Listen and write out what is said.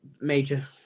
major